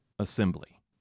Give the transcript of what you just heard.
assembly